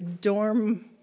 dorm